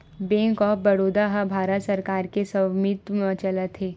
bank of Baroda ह भारत सरकार के स्वामित्व म चलत हे